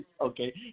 okay